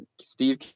steve